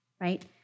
right